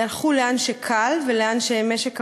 הלכו לאן שקל ולאן שמשק המים,